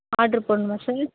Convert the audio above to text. order போடணுமா sir